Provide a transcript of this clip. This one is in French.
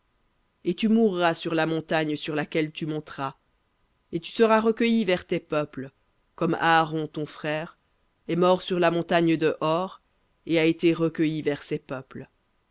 et tu mourras sur la montagne sur laquelle tu monteras et tu seras recueilli vers tes peuples comme aaron ton frère est mort sur la montagne de hor et a été recueilli vers ses peuples